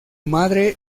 madre